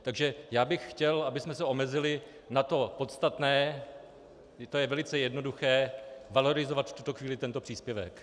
Takže já bych chtěl, abychom se omezili na to podstatné, je to velice jednoduché valorizovat v tuto chvíli tento příspěvek.